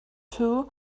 too